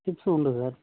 chips உண்டு sir